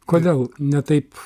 kodėl ne taip